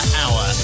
hour